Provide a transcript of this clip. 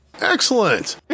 Excellent